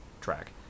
track